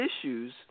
issues